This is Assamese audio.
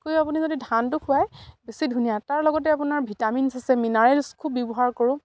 আপুনি যদি ধানটো খুৱাই বেছি ধুনীয়া তাৰ লগতে আপোনাৰ ভিটামিনছ আছে মিনাৰেলছ খুব ব্যৱহাৰ কৰোঁ